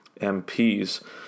MPs